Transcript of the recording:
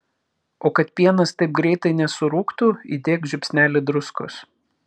o kad pienas taip greitai nesurūgtų įdėk žiupsnelį druskos